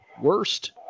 Worst